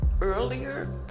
earlier